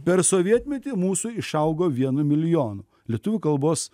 per sovietmetį mūsų išaugo vienu milijonu lietuvių kalbos